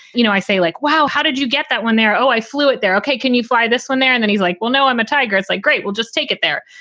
you know, i say like, wow, how did you get that one there? oh, i flew it there. okay. can you fly this one there? and then he's like, well, no, i'm a tiger. it's like, great, we'll just take it there.